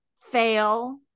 fail